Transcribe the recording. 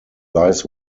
lies